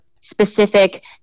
specific